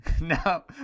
No